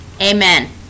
Amen